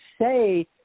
Say